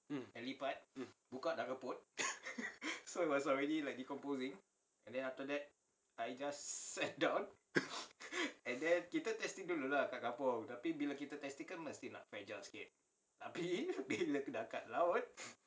mm mm